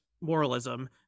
moralism